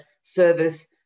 service